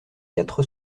quatre